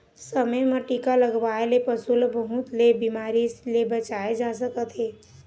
समे म टीका लगवाए ले पशु ल बहुत ले बिमारी ले बचाए जा सकत हे